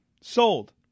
sold